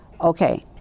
okay